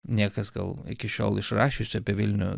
niekas gal iki šiol išrašius apie vilnių